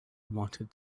wanted